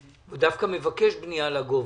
הוא דווקא מבקש בנייה לגובה.